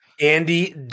Andy